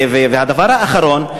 והדבר האחרון,